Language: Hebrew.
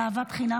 על אהבת חינם,